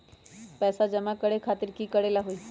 पैसा जमा करे खातीर की करेला होई?